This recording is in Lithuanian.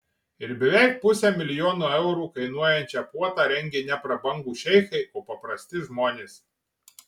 ir beveik pusę milijono eurų kainuojančią puotą rengė ne prabangūs šeichai o paprasti žmonės